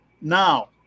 Now